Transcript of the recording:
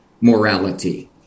morality